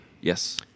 Yes